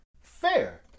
Fair